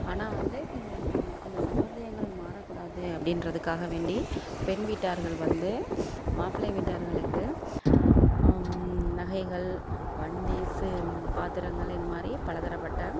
ஆனால் வந்து அந்த சம்பிரதாயங்கள் மாறக்கூடாது அப்படின்றதுக்காக வேண்டி பெண் வீட்டார்கள் வந்து மாப்பிள்ளை வீட்டார்களுக்கு நகைகள் வண்டி சீ பாத்திரங்கள் இது மாதிரி பலதரப்பட்ட